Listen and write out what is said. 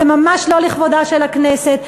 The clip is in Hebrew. זה ממש לא לכבודה של הכנסת.